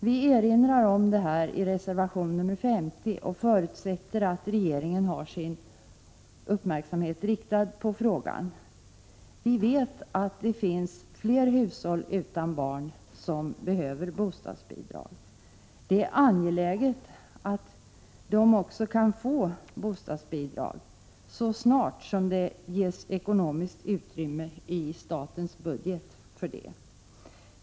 Vi erinrar om detta i reservation nr 50 och förutsätter att regeringen har sin uppmärksamhet riktad på frågan. Vi vet att det finns fler hushåll utan barn som behöver bostadsbidrag. Det är angeläget att de också kan få bostadsbidrag, så snart som det ges ekonomiskt utrymme för det i statens budget.